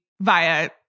via